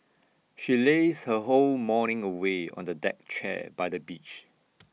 she lazed her whole morning away on the deck chair by the beach